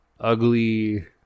ugly